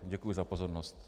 Děkuji za pozornost.